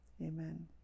amen